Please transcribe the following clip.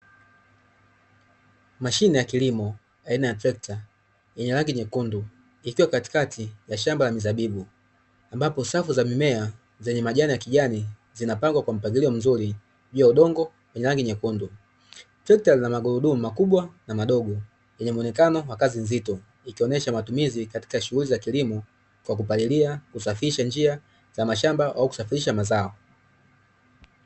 Mashine ya kilimo aina ya trekta yenye rangi nyekundu ikiwa katikati ya shamba la mizabibu ambapo safu za mimea zenye majani ya kijani zinapangwa kwa mpangilio mzuri juu ya udongo wenye rangi nyekundu. Trekta lina magurudumu makubwa na madogo lenye muonekano wa kuonyesha kazi nzito ikionyesha matumizi katika shughuli za kilimo kwa kupalilia, kusafisha njia za mashamba au kusafirisha mazao.